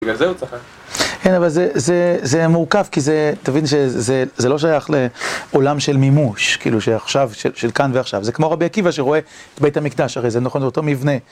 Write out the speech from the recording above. בגלל זה הוא צחק. כן, אבל זה מורכב כי זה, תבין שזה לא שייך לעולם של מימוש, כאילו שעכשיו, של כאן ועכשיו, זה כמו רבי עקיבא שרואה את בית המקדש, הרי זה נכון אותו מבנה.